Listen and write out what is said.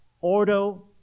ordo